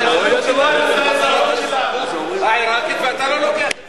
כי האזרחות שלך, העירקית ואתה לא לוקח את זה.